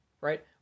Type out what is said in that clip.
right